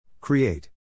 Create